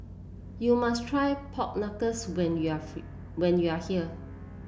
you must try Pork Knuckle when you are feel when you are here